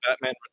Batman